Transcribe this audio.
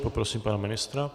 Poprosím pana ministra.